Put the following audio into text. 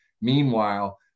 Meanwhile